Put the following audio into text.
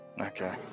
Okay